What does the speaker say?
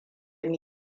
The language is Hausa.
mu